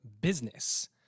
business